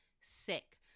sick